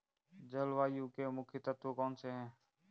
जलवायु के मुख्य तत्व कौनसे हैं?